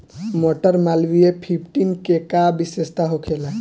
मटर मालवीय फिफ्टीन के का विशेषता होखेला?